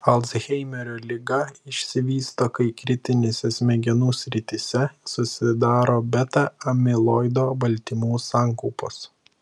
alzheimerio liga išsivysto kai kritinėse smegenų srityse susidaro beta amiloido baltymų sankaupos